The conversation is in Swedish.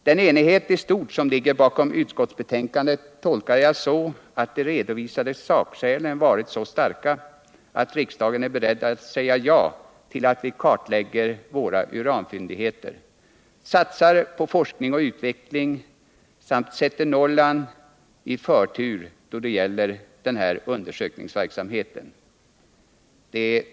Den enighet i stort som ligger bakom utskottsboetänkandet tolkar jag så att de redovisade sakskälen varit så starka, att riksdagen är boredd att säga ja till att vi kartlägger våra uranfyndigheter. satsar på forskning och utveckling sumt sätter Norrland i förtur då det gäller denna undersökningsverksamhet.